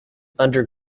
under